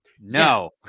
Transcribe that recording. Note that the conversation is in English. no